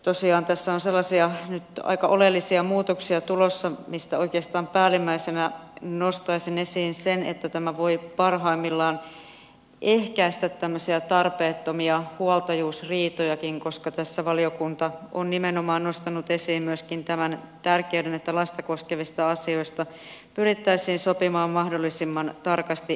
tosiaan tässä on nyt aika oleellisia muutoksia tulossa ja niistä oikeastaan päällimmäisenä nostaisin esiin sen että tämä voi parhaimmillaan ehkäistä tarpeettomia huoltajuusriitojakin koska tässä valiokunta on nostanut esiin myöskin tämän tärkeän asian että lasta koskevista asioista pyrittäisiin sopimaan mahdollisimman tarkasti etukäteen